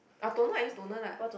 ah toner I use toner lah